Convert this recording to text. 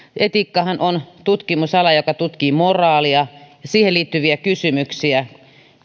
etiikkahan on tutkimusala joka tutkii moraalia ja siihen liittyviä kysymyksiä